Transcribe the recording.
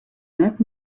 net